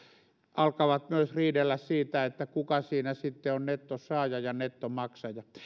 alkavat myös riidellä siitä kuka siinä sitten on nettosaaja ja nettomaksaja